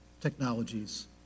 technologies